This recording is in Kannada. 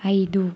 ಐದು